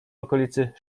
okolicy